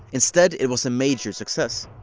instead, it was a major success.